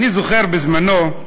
אני זוכר שבזמנו,